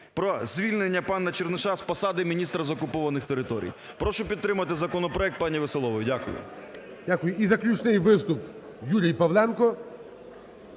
про звільнення пана Черниша з посади міністра з окупованих територій. Прошу підтримати законопроект пані Веселової. Дякую. ГОЛОВУЮЧИЙ. Дякую. І заключний виступ Юрій Павленко.